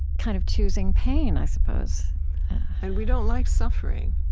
kind of choosing pain, i suppose and we don't like suffering.